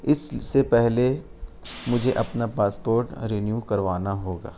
اس سے پہلے مجھے اپنا پاسپورٹ رینیو کروانا ہوگا